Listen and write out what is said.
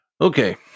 Okay